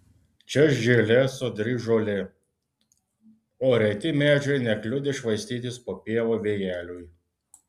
čia žėlė sodri žolė o reti medžiai nekliudė švaistytis po pievą vėjeliui